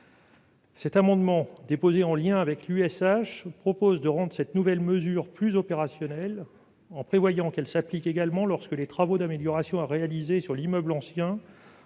Cet amendement, déposé en lien avec l'Union sociale pour l'habitat (USH), vise à rendre cette nouvelle mesure plus opérationnelle, en prévoyant qu'elle s'applique également lorsque les travaux d'amélioration à réaliser sur l'immeuble ancien